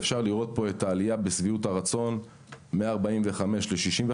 ואפשר לראות פה את העלייה בשביעות הרצון מ-45% ל-65%.